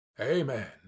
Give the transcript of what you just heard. Amen